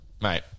Mate